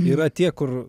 yra tie kur